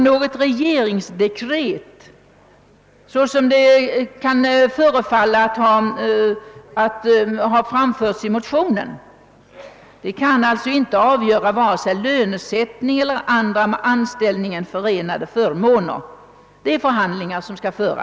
Något regeringsdekret kan alltså inte, som det förefaller sägas i motionen, avgöra vare sig lönesättning eller andra med anställningen förenade förmåner, utan dessa frågor skall avgöras genom förhandlingar.